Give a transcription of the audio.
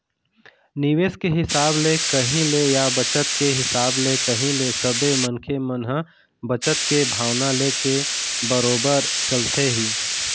निवेश के हिसाब ले कही ले या बचत के हिसाब ले कही ले सबे मनखे मन ह बचत के भावना लेके बरोबर चलथे ही